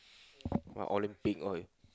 what Olympic oil